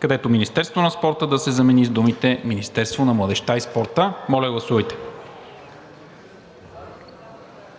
където „Министерство на спорта“ да се замени с думите „Министерство на младежта и спорта“. Гласували